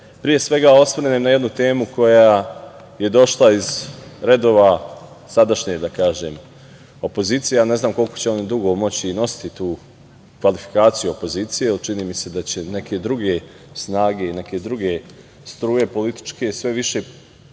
pre svega osvrnem na jednu temu koja je došla iz redova sadašnje opozicije, a ne znam koliko će oni dugo moći nositi tu kvalifikaciju opozicije, čini mi se da će neke druge snage i neke druge političke struje